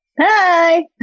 Hi